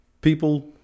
people